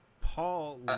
Paul